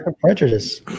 prejudice